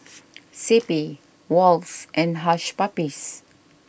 C P Wall's and Hush Puppies